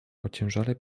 ociężale